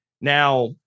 Now